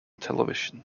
television